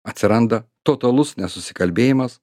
atsiranda totalus nesusikalbėjimas